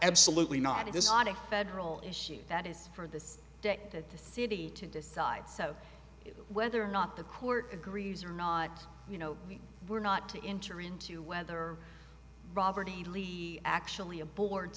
absolutely not it is not a federal issue that is for this deck that the city to decide so whether or not the court agrees or not you know we were not to enter into whether robert e lee actually a board